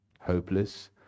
hopeless